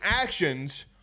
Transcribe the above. actions